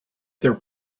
their